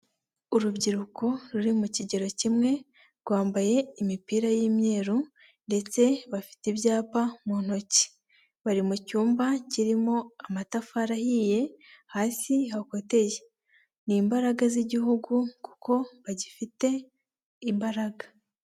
Urubyiruko ruri mu kigero kimwe rwambaye imipira y'imyeru ndetse bafite ibyapa mu ntoki, bari mu cyumba kirimo amatafari ahiye hasi hakoteye. Ni imbaraga z'igihugu kuko bagifite imbaraga.